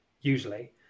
usually